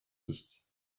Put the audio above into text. ist